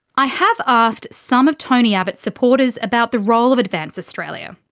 i have asked some of tony abbott's supporters about the role of advance australia,